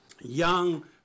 young